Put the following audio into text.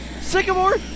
Sycamore